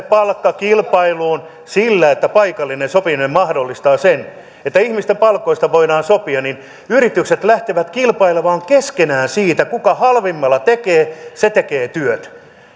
palkkakilpailuun niin että paikallinen sopiminen mahdollistaa sen että ihmisten palkoista voidaan sopia niin yritykset lähtevät kilpailemaan keskenään siitä ja kuka halvimmalla tekee se tekee työt